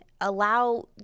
allow